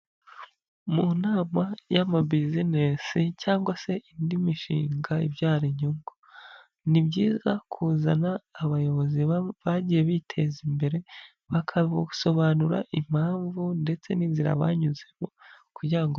Mu nama y'amabizinesi cyangwa se indi mishinga ibyara inyungu ni byiza kuzana abayobozi bagiye biteza imbere bagasobanura impamvu ndetse n'inzira banyuzemo kugira ngo